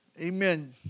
Amen